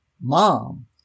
mom